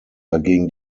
dagegen